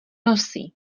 nosí